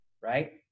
right